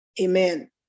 amen